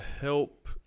help